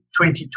2020